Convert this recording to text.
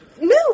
No